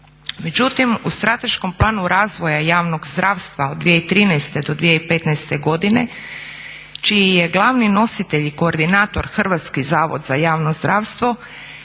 Međutim, u strateškom Planu razvoja javnog zdravstva od 2013.-2015.godine čiji je glavni nositelj i koordinator Hrvatski zavod za javno zdravstvo,